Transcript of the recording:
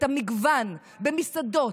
את המגוון במסעדות,